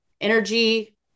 energy